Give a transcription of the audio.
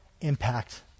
impact